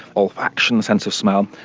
olfaction, the sense of smell,